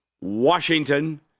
Washington